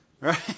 right